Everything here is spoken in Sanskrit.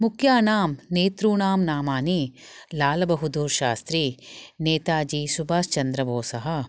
मुख्यानां नेतॄणां नामानि लालबहदूर् शास्त्री नेताजि सुभाष् चन्द्रबोसः